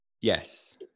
Yes